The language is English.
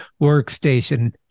workstation